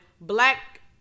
black